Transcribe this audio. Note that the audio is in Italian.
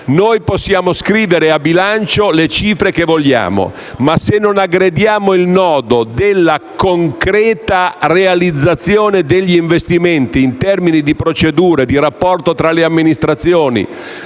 Noi possiamo scrivere a bilancio le cifre che vogliamo, ma se non aggrediamo il nodo della concreta realizzazione degli investimenti in termini di procedure, di rapporto tra le amministrazioni,